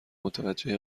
متوجه